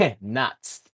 Nuts